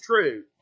true